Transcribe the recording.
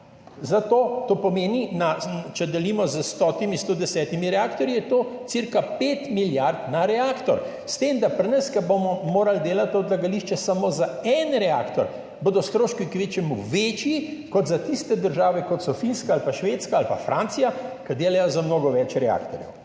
za to, to pomeni, če delimo s 100, 110 reaktorji, je to cirka 5 milijard na reaktor. S tem da pri nas, kjer bomo morali delati odlagališče samo za en reaktor, bodo stroški kvečjemu večji kot za tiste države, kot so Finska ali pa Švedska ali pa Francija, ki delajo za mnogo več reaktorjev.